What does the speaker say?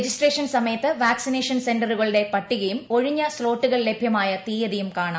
registration സമയത്ത് vaccination സെന്ററുകളുടെ പട്ടികയും ഒഴിഞ്ഞ സ്തോട്ടുകൾ ലഭ്യമായ തീയതിയും കാണാം